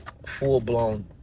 full-blown